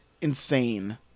insane